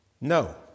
no